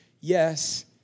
Yes